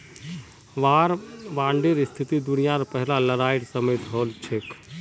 वार बांडेर स्थिति दुनियार पहला लड़ाईर समयेत हल छेक